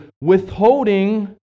withholding